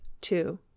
two